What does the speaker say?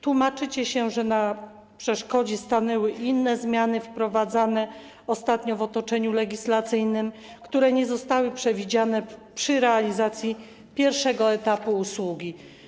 Tłumaczycie się, że na przeszkodzie stanęły inne zmiany wprowadzane ostatnio w otoczeniu legislacyjnym, które nie zostały przewidziane przy realizacji pierwszego etapu usługi.